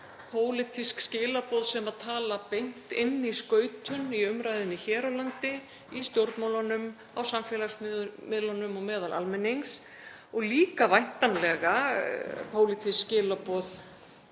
pólitísk skilaboð sem tala beint inn í skautun í umræðunni hér á landi, í stjórnmálunum, á samfélagsmiðlum, og meðal almennings og líka væntanlega pólitísk skilaboð